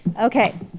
okay